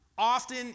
Often